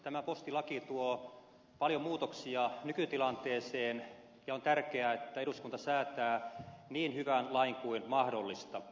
tämä postilaki tuo paljon muutoksia nykytilanteeseen ja on tärkeää että eduskunta säätää niin hyvän lain kuin mahdollista